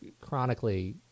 chronically